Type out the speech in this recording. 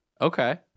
Okay